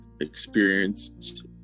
experienced